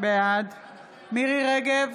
בעד מירי מרים רגב,